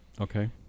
Okay